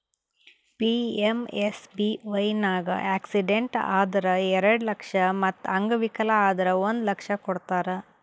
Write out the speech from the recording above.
PMSBY ನಾಗ್ accident ಆದುರ್ ಎರಡು ಲಕ್ಷ ಮತ್ ಅಂಗವಿಕಲ ಆದುರ್ ಒಂದ್ ಲಕ್ಷ ಕೊಡ್ತಾರ್